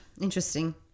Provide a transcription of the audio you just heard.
Interesting